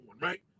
right